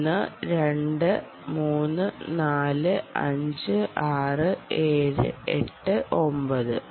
1 2 3 4 5 6 7 8 9